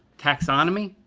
taxonomy,